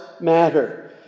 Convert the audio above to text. matter